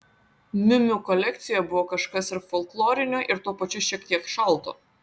miu miu kolekcijoje buvo kažkas ir folklorinio ir tuo pačiu šiek tiek šalto